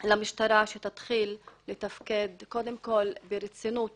למשטרה שתתחיל לתפקד ברצינות